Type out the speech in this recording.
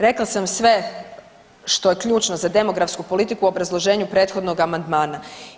Rekla sam sve što je ključno za demografsku politiku u obrazloženju prethodnog amandmana.